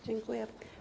Dziękuję.